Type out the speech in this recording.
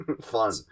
fun